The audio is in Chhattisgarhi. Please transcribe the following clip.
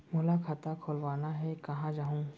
मोला खाता खोलवाना हे, कहाँ जाहूँ?